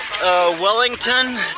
Wellington